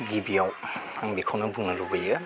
गिबियाव आं बेखौनो बुंनो लुबैयो